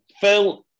Phil